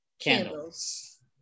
candles